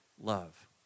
love